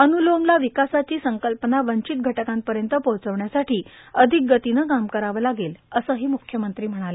अनुलोमला विकासाची संकल्पना दंचित षटकांपर्यंत पोहोचविण्यासाठी अषिक गतीनं काम करावं लागेल असंही मुख्यमंत्री म्हणाले